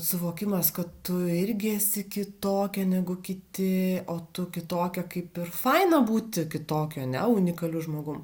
suvokimas kad tu irgi esi kitokia negu kiti o tu kitokia kaip ir faina būti kitokia ane unikaliu žmogum